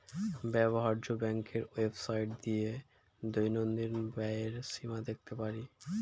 ব্যবহার্য ব্যাংকের ওয়েবসাইটে গিয়ে দৈনন্দিন ব্যয়ের সীমা দেখতে পারি